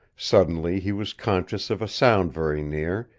suddenly he was conscious of a sound very near,